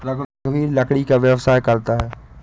रघुवीर लकड़ी का व्यवसाय करता है